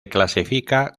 clasifica